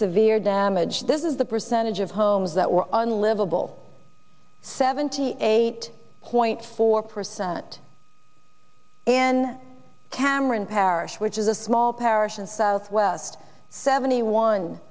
severe damage this is the percentage of homes that were unlivable seventy eight point four percent in cameron parish which is a small parish in southwest seventy one